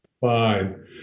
Fine